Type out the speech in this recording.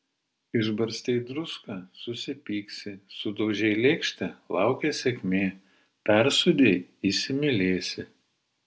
išbarstei druską susipyksi sudaužei lėkštę laukia sėkmė persūdei įsimylėsi